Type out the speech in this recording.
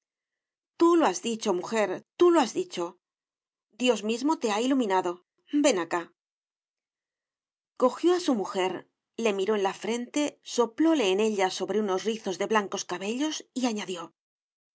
tú lo has dicho mujer tú lo has dicho dios mismo te ha iluminado ven acá cojió a su mujer le miró en la frente soplóle en ella sobre unos rizos de blancos cabellos y añadió